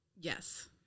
Yes